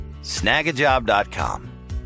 Snagajob.com